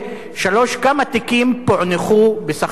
4. כמה תיקים פוענחו בסך הכול?